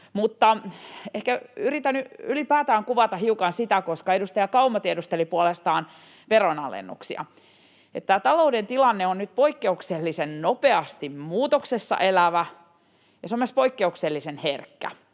Mutta ehkä yritän nyt ylipäätään kuvata hiukan sitä — koska edustaja Kauma tiedusteli puolestaan veronalennuksia — että tämä talouden tilanne on nyt poikkeuksellisen nopeasti muutoksessa elävä, ja se on myös poikkeuksellisen herkkä.